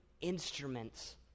instruments